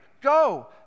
Go